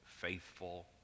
faithful